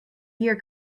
year